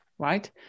Right